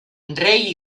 rei